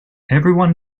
everyone